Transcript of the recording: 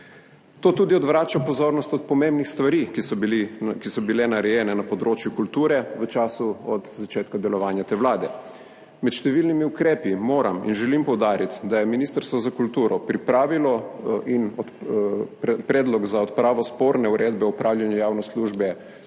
To tudi odvrača pozornost od pomembnih stvari, ki so bile narejene na področju kulture v času od začetka delovanja te vlade. Med številnimi ukrepi moram in želim poudariti, da je Ministrstvo za kulturo pripravilo Predlog za odpravo sporne uredbe o opravljanju javne službe